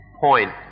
point